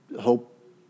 hope